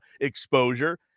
exposure